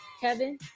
Kevin